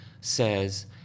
says